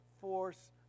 force